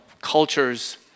cultures